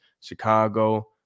Chicago